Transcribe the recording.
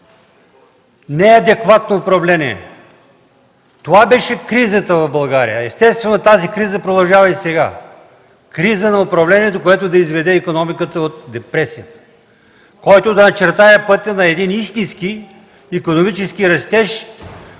неадекватно управление. Това беше кризата в България. Естествено, тази криза продължава и сега – криза на управлението, което да изведе икономиката от депресия, което да начертае пътя на един истински икономически растеж,